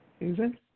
Susan